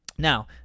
Now